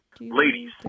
Ladies